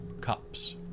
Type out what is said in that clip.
cups